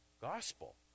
Gospel